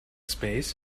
space